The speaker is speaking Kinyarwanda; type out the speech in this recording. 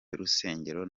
y’urusengero